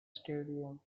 stadium